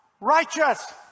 Righteous